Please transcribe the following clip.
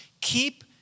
Keep